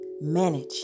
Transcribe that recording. manage